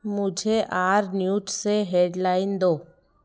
मुझे R news से headline दो